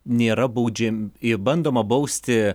nėra baudžiam bandoma bausti